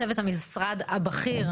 צוות המשרד הבכיר,